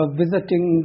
visiting